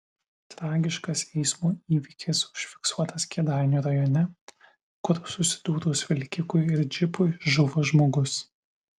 tragiškas eismo įvykis užfiksuotas kėdainių rajone kur susidūrus vilkikui ir džipui žuvo žmogus